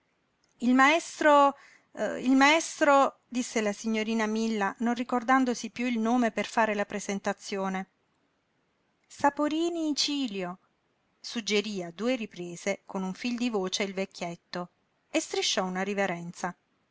il maestro il maestro disse la signorina milla non ricordandosi piú il nome per far la presentazione saporini icilio suggerí a due riprese con un fil di voce il vecchietto e strisciò una riverenza